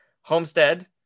Homestead